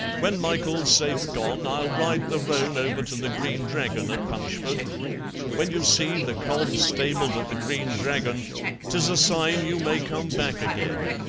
when michael's safe gone i'll ride the roan over to the green dragon at punchford when you see the cob stabled at the green dragon tis a sign you may come back agen.